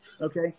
Okay